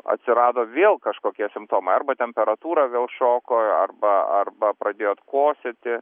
atsirado vėl kažkokie simptomai arba temperatūra vėl šoko arba arba pradėjot kosėti